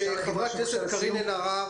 חברת הכנסת קארין אלהרר.